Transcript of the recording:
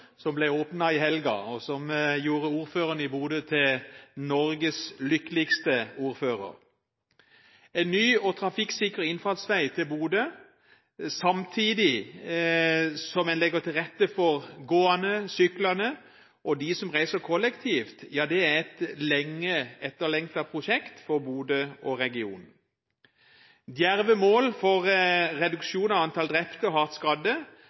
som ble åpnet i helgen, og som gjorde ordføreren i Bodø til Norges lykkeligste ordfører. En ny og trafikksikker innfartsvei til Bodø, samtidig som en legger til rette for gående, syklende og dem som reiser kollektivt, er et lenge etterlengtet prosjekt for Bodø og regionen. Djerve mål for reduksjon av antall drepte og hardt skadde